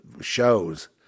shows